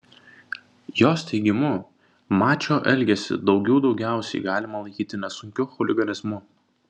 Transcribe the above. jos teigimu mačio elgesį daugių daugiausiai galima laikyti nesunkiu chuliganizmu